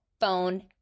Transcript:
phone